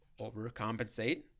overcompensate